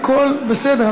הכול בסדר.